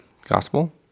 Gospel